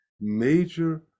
major